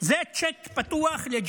תהרגו כמה שתרצו.) זה צ'ק פתוח לג'נוסייד,